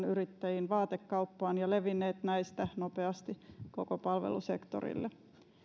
yrittäjiin vaatekauppaan ja levinneet näistä nopeasti koko palvelusektorille